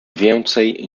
więcej